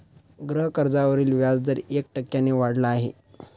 गृहकर्जावरील व्याजदर एक टक्क्याने वाढला आहे